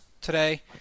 today